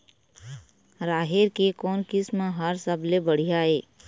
राहेर के कोन किस्म हर सबले बढ़िया ये?